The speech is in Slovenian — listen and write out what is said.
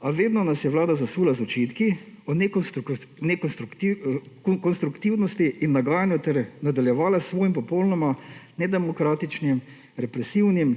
a vedno nas je Vlada zasula z očitki o nekonstruktivnosti in nagajanju ter nadaljevala s svojim popolnoma nedemokratičnim, represivnim